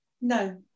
No